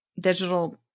digital